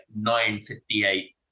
958